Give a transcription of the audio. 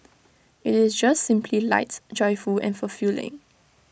IT is just simply lights joyful and fulfilling